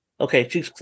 Okay